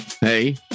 Hey